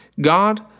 God